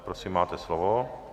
Prosím, máte slovo.